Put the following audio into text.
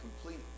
complete